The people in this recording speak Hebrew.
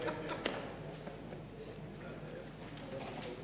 אני מזמין את חבר הכנסת